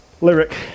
lyric